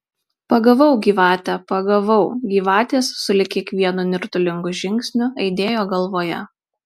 pagavau gyvate pagavau gyvatės sulig kiekvienu nirtulingu žingsniu aidėjo galvoje